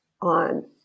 on